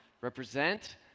represent